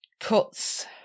cuts